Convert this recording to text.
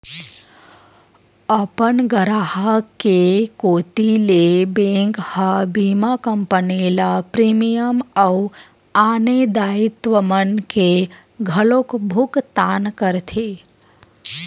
अपन गराहक के कोती ले बेंक ह बीमा कंपनी ल प्रीमियम अउ आने दायित्व मन के घलोक भुकतान करथे